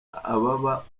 ababa